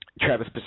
Travis